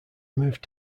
moved